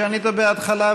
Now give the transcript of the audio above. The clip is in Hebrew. שענית בהתחלה,